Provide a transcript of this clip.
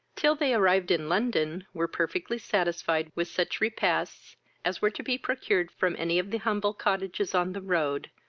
till they arrived in london, were perfectly satisfied with such repasts as were to be procured from any of the humble cottages on the road,